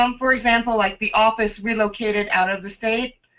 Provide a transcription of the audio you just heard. um for example like the office relocated out of the state,